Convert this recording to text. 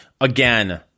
Again